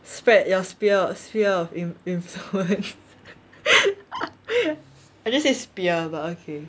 spread your sphere sphere of inf~ influence I just said spear but okay